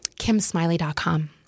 KimSmiley.com